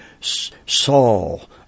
Saul